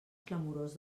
clamorós